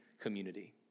community